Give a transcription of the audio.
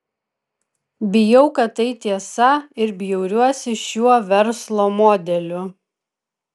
bijau kad tai tiesa ir bjauriuosi šiuo verslo modeliu